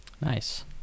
Nice